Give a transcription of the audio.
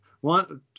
one